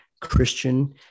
Christian